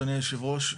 אדוני היושב-ראש,